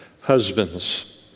Husbands